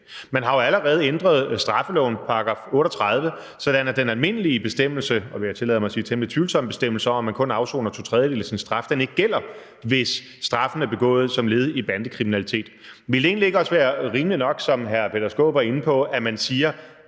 Man har jo allerede ændret straffelovens § 38, sådan at den almindelige og – vil jeg tillade mig at sige – temmelig tvivlsomme bestemmelse om, at man kun afsoner to tredjedele af sin straf, ikke gælder, hvis straffen er for noget, der er begået som led i bandekriminalitet. Vil det egentlig ikke også være rimeligt nok, som hr. Peter Skaarup var inde på, at man i